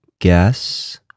guess